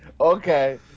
Okay